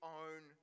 own